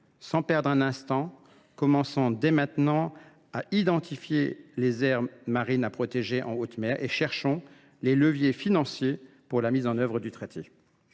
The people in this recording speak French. Sans perdre un instant, commençons dès maintenant à identifier des aires marines à protéger en haute mer et cherchons les leviers financiers pour la mise en œuvre du traité.